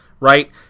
Right